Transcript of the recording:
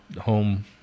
home